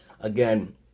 Again